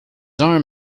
arm